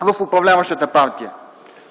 в управляващата партия,